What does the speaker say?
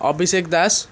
Abhishek Das